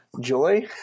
joy